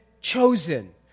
chosen